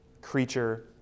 creature